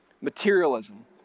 Materialism